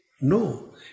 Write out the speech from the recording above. No